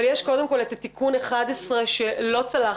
אבל יש, קודם כול, את התיקון 11 שלא צלח.